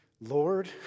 Lord